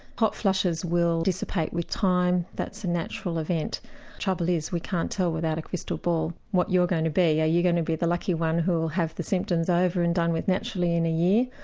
hot flushes will dissipate with time that's a natural event. the trouble is we can't tell without a crystal ball what you're going to be. are you going to be the lucky one who will have the symptoms over and done with naturally in a year,